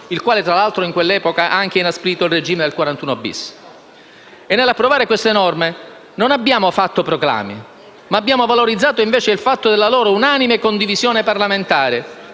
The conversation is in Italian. il quale, tra l'altro, in quell'epoca ha anche inasprito il regime del 41-*bis*. E, nell'approvare queste norme, non abbiamo fatto proclami, ma abbiamo valorizzato il fatto della loro unanime condivisione parlamentare,